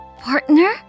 partner